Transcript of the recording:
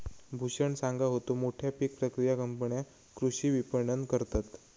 भूषण सांगा होतो, मोठ्या पीक प्रक्रिया कंपन्या कृषी विपणन करतत